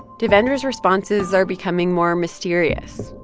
devendra's responses are becoming more mysterious,